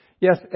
Yes